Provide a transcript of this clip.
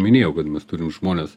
minėjau kad mes turim žmones